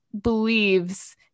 believes